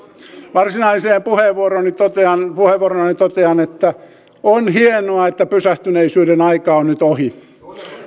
varsinaisena puheenvuoronani totean puheenvuoronani totean että on hienoa että pysähtyneisyyden aika on nyt ohi